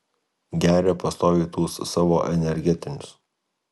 geria pastoviai tuos savo energetinius